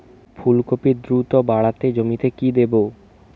ফুলকপি দ্রুত বাড়াতে জমিতে কি দেবো?